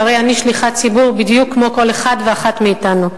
שהרי אני שליחת ציבור בדיוק כמו כל אחד ואחת מאתנו.